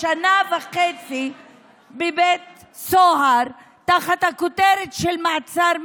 שנה וחצי בבית סוהר תחת הכותרת של מעצר מינהלי.